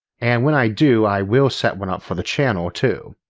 and when i do i will set one up for the channel too.